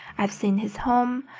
i've seen his home,